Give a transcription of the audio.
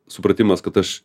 supratimas kad aš